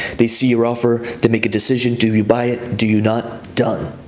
they see your offer, they make a decision. do you buy it, do you not? done.